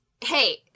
Hey